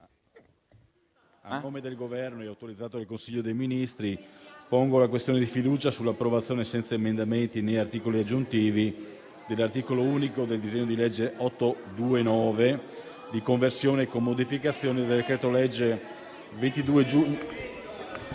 a nome del Governo, autorizzato dal Consiglio dei ministri, pongo la questione di fiducia sull'approvazione, senza emendamenti né articoli aggiuntivi, dell'articolo unico del disegno di legge n. 829, di conversione, con modificazioni, del decreto-legge legge 22 giugno